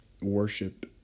worship